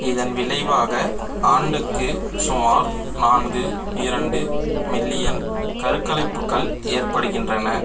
இதன் விளைவாக ஆண்டுக்கு சுமார் நான்கு இரண்டு மில்லியன் கருக்கலைப்புக்கள் ஏற்படுகின்றன